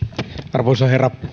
arvoisa herra